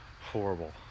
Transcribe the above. Horrible